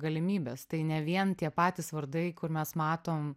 galimybes tai ne vien tie patys vardai kur mes matom